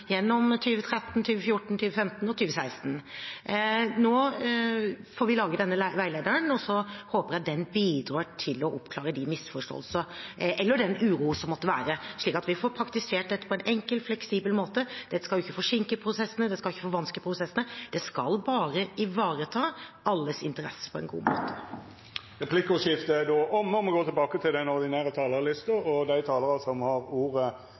gjennom 2013, 2014, 2015 og 2016. Nå får vi lage denne veilederen, og så håper jeg den bidrar til å oppklare de misforståelser eller den uro som måtte være, slik at vi får praktisert dette på en enkel, fleksibel måte. Dette skal jo ikke forsinke prosessene, det skal ikke forvanske prosessene. Det skal bare ivareta alles interesser på en god måte. Replikkordskiftet er då omme.